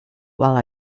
while